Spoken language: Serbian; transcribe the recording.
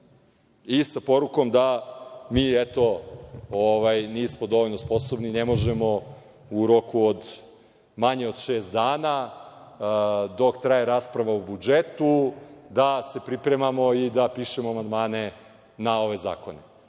i sa porukom da mi nismo dovoljno sposobni, ne možemo u roku manjem od šest dana, dok traje rasprava o budžetu, da se pripremamo i da pišemo amandmane na ove zakone.